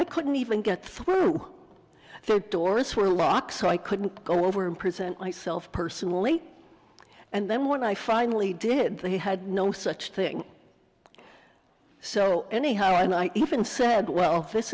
i couldn't even get through the doors were locked so i couldn't go over and present myself personally and then when i finally did they had no such thing so anyhow and i even said well this